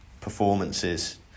performances